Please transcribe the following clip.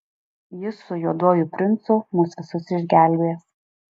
jis su juoduoju princu mus visus išgelbės